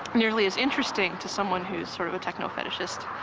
nearly as interesting to someone who's sort of a techno-fetishist.